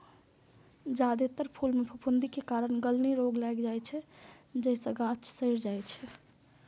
जादेतर फूल मे फफूंदी के कारण गलनी रोग लागि जाइ छै, जइसे गाछ सड़ि जाइ छै